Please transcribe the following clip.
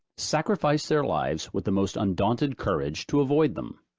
sacrificed their lives with the most undaunted courage to avoid them.